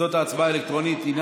תוצאות ההצבעה האלקטרונית הן